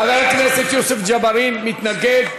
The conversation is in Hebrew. חבר הכנסת יוסף ג'בארין מתנגד,